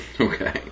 Okay